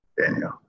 Daniel